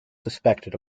suspected